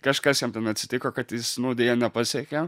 kažkas jam ten atsitiko kad jis nu deja nepasiekė